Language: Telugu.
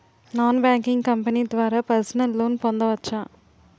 నాన్ బ్యాంకింగ్ కంపెనీ ద్వారా పర్సనల్ లోన్ పొందవచ్చా?